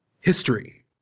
history